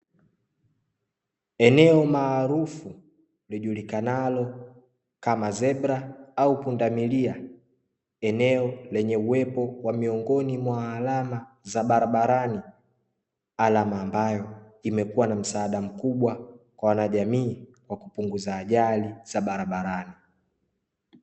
Eneo maarifu lijulikanalo kama zebra au pundamilia, eneo lenye uwepo wa miongoni mwa alama za barabara. Alama ambayo imekuwa na msaada kubwa kwa wanajamii kwa kupunguza ajali za barabarani.